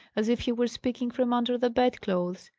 as if he were speaking from under the bed-clothes.